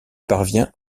parvient